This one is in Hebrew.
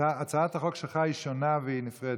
הצעת החוק שלך היא שונה והיא נפרדת.